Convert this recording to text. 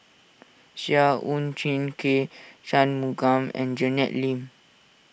Seah Chin K Shanmugam and Janet Lim